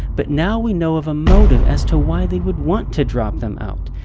but now we know of a motive as to why they would want to drop them out.